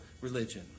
religion